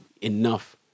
enough